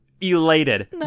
elated